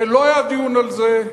הרי לא היה דיון על זה,